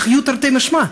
יחיו תרתי משמע,